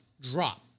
drop